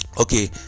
Okay